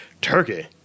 Turkey